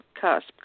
cusp